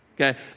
Okay